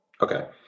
Okay